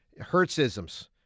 Hertzisms